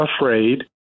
afraid